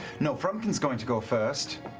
no, frumpkin's going to go first.